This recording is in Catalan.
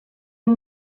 amb